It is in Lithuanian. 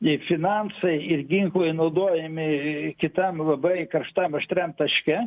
finansai ir ginklai naudojami kitam labai karštam aštriam taške